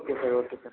okay sir okay sir